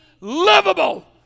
livable